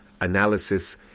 analysis